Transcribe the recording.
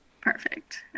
Perfect